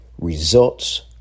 results